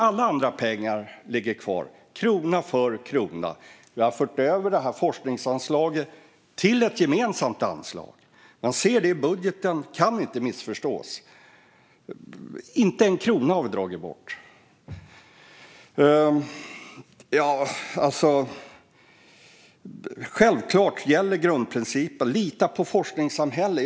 Alla andra pengar ligger kvar krona för krona. Vi har fört över forskningsanslaget till ett gemensamt anslag. Man ser det i budgeten, och det kan inte missförstås. Inte en krona har vi dragit bort. Självklart gäller grundprincipen: Lita på forskningssamhället.